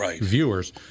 viewers